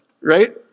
right